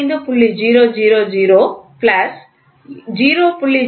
000 plus 0